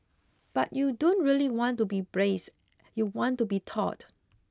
but you don't really want to be braced you want to be taut